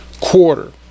quarter